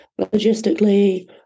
Logistically